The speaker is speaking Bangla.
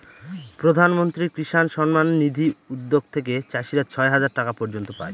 প্রধান মন্ত্রী কিষান সম্মান নিধি উদ্যাগ থেকে চাষীরা ছয় হাজার টাকা পর্য়ন্ত পাই